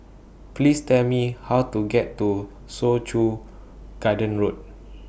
Please Tell Me How to get to Soo Chow Garden Road